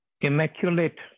immaculate